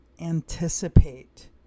anticipate